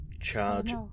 charge